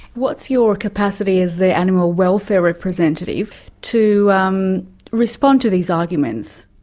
what's your capacity as the animal welfare representative to um respond to these arguments?